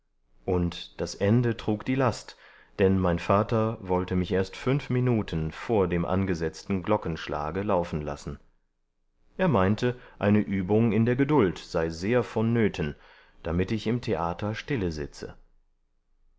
und das ende trug die last denn mein vater wollte mich erst fünf minuten vor dem angesetzten glockenschlage laufen lassen er meinte eine übung in der geduld sei sehr vonnöten damit ich im theater